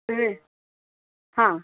हां